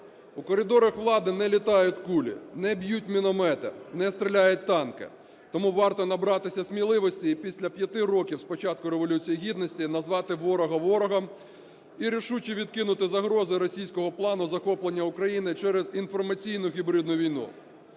У коридорах влади не літають кулі, не б'ють міномети, не стріляють танки, тому варто набратися сміливості і після п'яти років з початку Революції Гідності назвати ворога ворогом і рішуче відкинути загрози російського плану захоплення України через інформаційну гібридну війну.